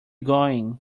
going